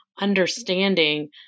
understanding